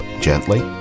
gently